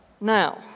Now